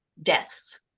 deaths